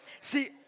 See